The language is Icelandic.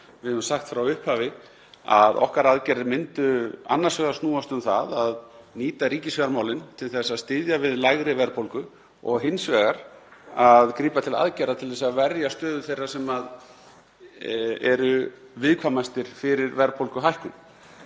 Við höfum sagt frá upphafi að okkar aðgerðir myndu annars vegar snúast um það að nýta ríkisfjármálin til að styðja við lægri verðbólgu og hins vegar að grípa til aðgerða til að verja stöðu þeirra sem eru viðkvæmastir fyrir verðbólguhækkun.